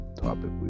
Topic